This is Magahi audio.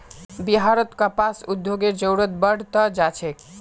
बिहारत कपास उद्योगेर जरूरत बढ़ त जा छेक